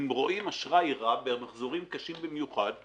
רואים אשראי רע והמחזורים קשים במיוחד,